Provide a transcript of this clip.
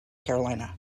carolina